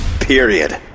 Period